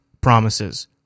promises